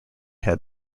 had